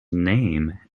name